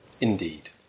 Indeed